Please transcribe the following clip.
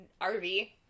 RV